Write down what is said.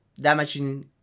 damaging